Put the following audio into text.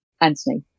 Anthony